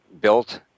built